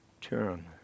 turn